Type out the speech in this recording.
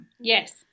Yes